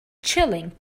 chilling